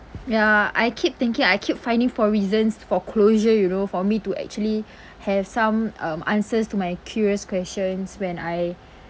ya I keep thinking I keep finding for reasons for closure you know for me to actually have some um answers to my curious questions when I